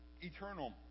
eternal